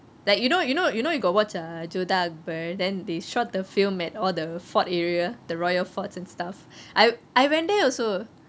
like you know you know you know you got watch err jodhaa akbar then they shot the film at all the fort area the royal forts and stuff I I went there also